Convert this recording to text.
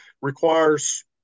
requires